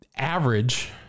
average